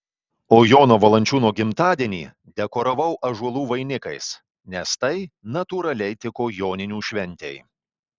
o jono valančiūno gimtadienį dekoravau ąžuolų vainikais nes tai natūraliai tiko joninių šventei